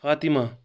Fatima